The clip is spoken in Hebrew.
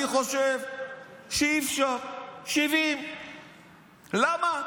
אני חושב שאי-אפשר, 70. למה?